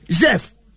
Yes